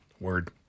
Word